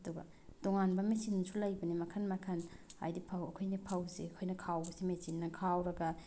ꯑꯗꯨꯒ ꯇꯣꯉꯥꯟꯕ ꯃꯦꯆꯤꯟꯁꯨ ꯂꯩꯕꯅꯤ ꯃꯈꯜ ꯃꯈꯜ ꯍꯥꯏꯗꯤ ꯐꯧ ꯑꯩꯈꯣꯏꯅ ꯐꯧꯁꯤ ꯑꯩꯈꯣꯏꯅ ꯈꯥꯎꯕꯁꯤ ꯃꯦꯆꯤꯟꯅ ꯈꯥꯎꯔꯒ